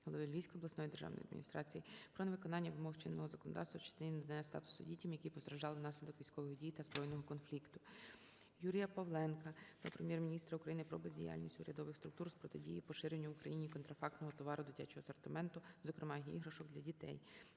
голови Львівської обласної державної адміністрації про невиконання вимог чинного законодавства в частині надання статусу дітям, які постраждали внаслідок військових дій та збройного конфлікту. Юрія Павленка до Прем'єр-міністра України про бездіяльність урядових структур з протидії поширенню в Україні контрафактного товару дитячого асортименту, зокрема, іграшок для дітей.